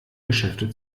geschäfte